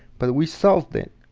but we solved it